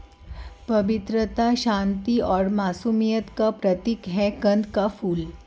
पवित्रता, शांति और मासूमियत का प्रतीक है कंद का फूल